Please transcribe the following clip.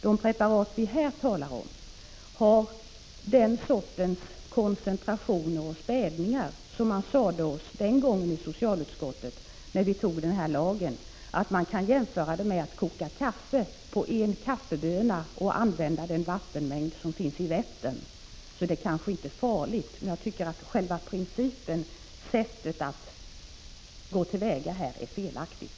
De preparat som vi talar om här har den sortens koncentration och utspädning att man — som det sades oss när vi i socialutskottet behandlade lagen om injektion av naturmedel — kan jämföra med att koka kaffe på en kaffeböna och då använda den vattenmängd som finns i Vättern. Verksamheten är alltså kanske inte så farlig, men jag tycker att principen och sättet att gå till väga är felaktiga.